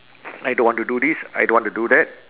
I don't want to do this I don't want to do that